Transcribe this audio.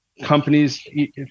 companies